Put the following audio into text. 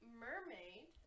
mermaid